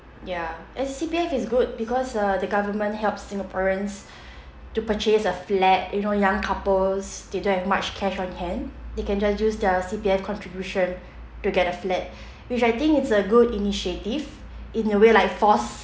ya and C_P_F is good because uh the government helps singaporeans to purchase a flat you know young couples they don't have much cash on hand they can just use their C_P_F contribution to get a flat which I think it's a good initiative in a way like force